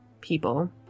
people